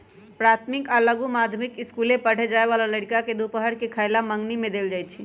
प्राथमिक आ लघु माध्यमिक ईसकुल पढ़े जाय बला लइरका के दूपहर के खयला मंग्नी में देल जाइ छै